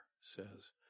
says